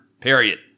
period